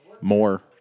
more